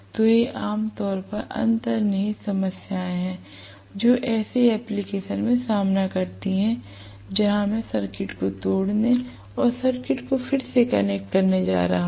तो ये आम तौर पर अंतर्निहित समस्याएं हैं जो ऐसे एप्लिकेशन में सामना करती हैं जहां मैं सर्किट को तोड़ने और सर्किट को फिर से कनेक्ट करने जा रहा हूं